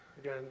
again